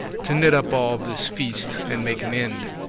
to knit up all this feast, and make an end.